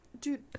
Dude